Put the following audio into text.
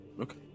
Okay